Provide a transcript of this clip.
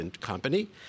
company